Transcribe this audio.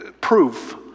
proof